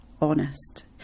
honest